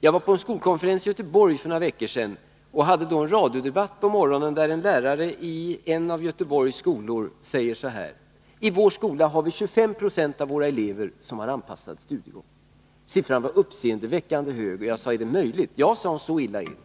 Jag var på en skolkonferens i Göteborg för några veckor sedan och hade en radiodebatt på morgonen, där en lärare i en Göteborgsskola säger så här: I vår skola har 25 96 av eleverna anpassad studiegång. Siffran var uppseendeväckande hög, och jag frågade om det var möjligt. Ja, så illa är det, sade läraren.